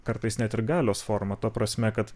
kartais net ir galios formą ta prasme kad